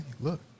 look